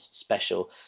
special